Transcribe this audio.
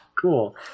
Cool